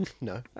No